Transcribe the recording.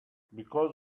because